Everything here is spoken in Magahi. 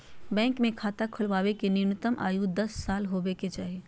बैंक मे खाता खोलबावे के न्यूनतम आयु दस साल होबे के चाही